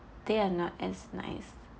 they are not as nice